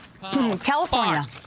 California